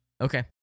Okay